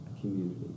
community